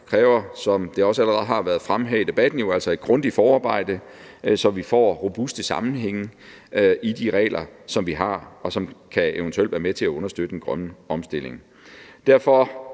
kræver altså, som det allerede har været fremme her i debatten, et grundigt forarbejde, så vi får robuste sammenhænge i de regler, som vi har, og som eventuelt kan være med til at understøtte den grønne omstilling. Derfor